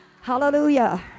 Hallelujah